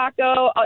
taco